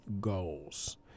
goals